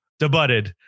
Debuted